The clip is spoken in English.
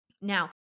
Now